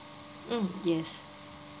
mm yes